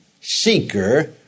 seeker